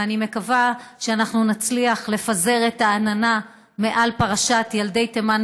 ואני מקווה שאנחנו נצליח לפזר את העננה מעל פרשת ילדי תימן,